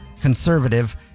conservative